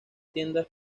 tiendas